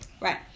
Right